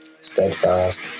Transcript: steadfast